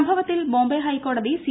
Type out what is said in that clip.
സംഭവത്തിൽ ബോംബെ ഹൈക്കോടതി സി